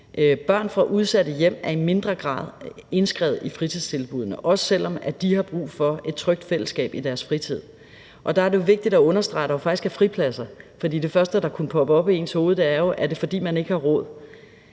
Børn fra udsatte hjem er i mindre grad indskrevet i fritidstilbuddene, også selv om de har brug for et trygt fællesskab i deres fritid. Og der er det jo vigtigt at understrege, at der faktisk er fripladser, for det første, der popper op i ens hoved, er jo, at det er, fordi man ikke har råd.